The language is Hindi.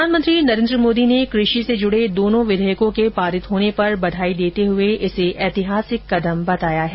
प्रधानमंत्री नरेन्द्र मोदी ने कृषि से जुड़े दोनों विधेयकों के पारित होने पर बधाई देते हुये इसे ऐतिहासिक कदम बताया है